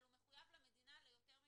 אבל הוא מחויב למדינה ליותר מזה,